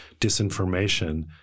disinformation